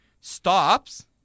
stops